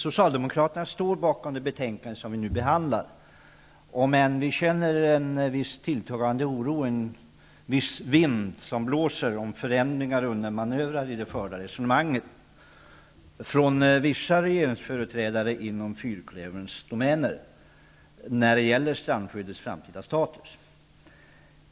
Socialdemokraterna står bakom det betänkande som vi nu behandlar, även om vi känner en viss tilltagande oro. Det blåser en viss vind om förändringar och undanmanövrer i det resonemang som förs av vissa regeringsföreträdare inom fyrklöverns domäner när det gäller strandskyddets framtida status.